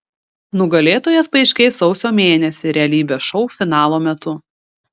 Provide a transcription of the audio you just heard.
nugalėtojas paaiškės sausio mėnesį realybės šou finalo metu